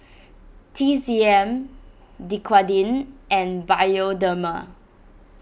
T C M Dequadin and Bioderma